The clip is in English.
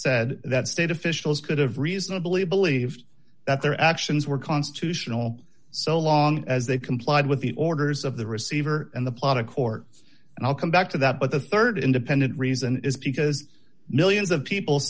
said that state officials could have reasonably believed that their actions were constitutional so long as they complied with the orders of the receiver and the plot of court and i'll come back to that but the rd independent reason is because millions of people